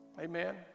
Amen